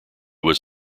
was